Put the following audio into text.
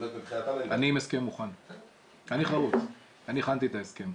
אני חרוץ, אני הכנתי את ההסכם.